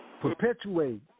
perpetuate